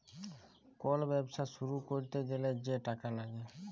call ব্যবছা শুরু ক্যইরতে গ্যালে যে টাকা ল্যাগে